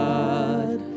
God